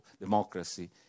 democracy